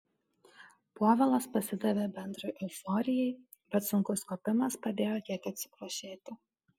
povilas pasidavė bendrai euforijai bet sunkus kopimas padėjo kiek atsikvošėti